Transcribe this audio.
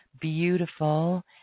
beautiful